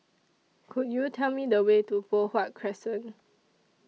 Could YOU Tell Me The Way to Poh Huat Crescent